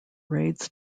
raids